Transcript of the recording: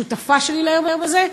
השותפה שלי ליום הזה.